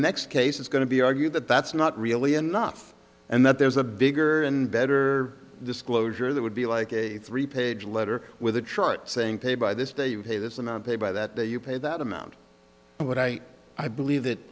next case it's going to be argued that that's not really enough and that there's a bigger and better disclosure that would be like a three page letter with a chart saying pay by this day you pay this amount paid by that you pay that amount but i i believe that